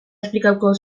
esplikatuko